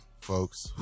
Folks